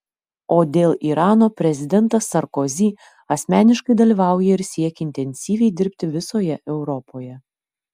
o dėl irano prezidentas sarkozy asmeniškai dalyvauja ir siekia intensyviai dirbti visoje europoje